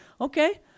okay